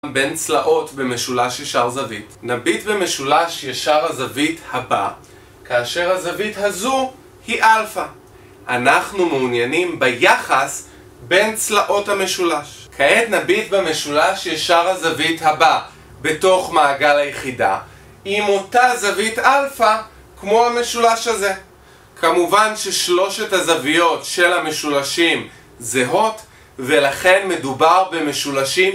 בין צלעות במשולש ישר זווית נביט במשולש ישר הזווית הבא כאשר הזווית הזו היא אלפא אנחנו מעוניינים ביחס בין צלעות המשולש כעת נביט במשולש ישר הזווית הבא בתוך מעגל היחידה עם אותה זווית אלפא כמו המשולש הזה כמובן ששלושת הזוויות של המשולשים זהות ולכן מדובר במשולשים